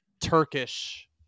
Turkish